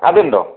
അതുണ്ടൊ